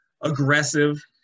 aggressive